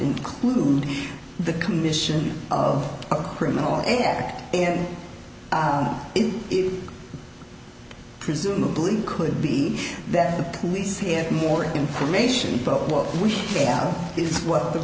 include the commission of a criminal act and it is presumably could be that the police had more information but what